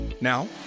Now